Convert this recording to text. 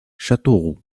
châteauroux